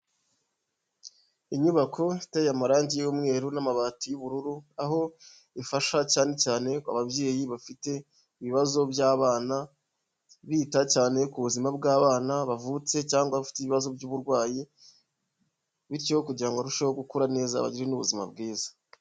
Inyubako ifite amarangi y'umweru n'amabati y'ubururu, aho ifasha cyane cyane ababyeyi bafite ibibazo by'abana, bita cyane ku buzima bw'abana bavutse cyangwa abafite ibibazo by'uburwayi, bityo kugira ngo barusheho gukura neza bagire n'ubuzima bwiza.